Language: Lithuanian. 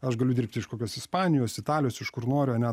aš galiu dirbti iš kokios ispanijos italijos iš kur noriu ane